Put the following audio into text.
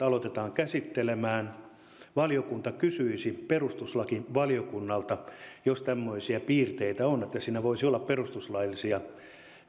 aloitetaan käsittelemään valiokunta kysyisi asiaa perustuslakivaliokunnalta jos tämmöisiä piirteitä on että siinä voisi olla perustuslaillisia